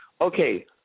Okay